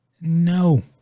No